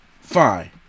fine